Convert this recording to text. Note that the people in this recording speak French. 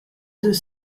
deux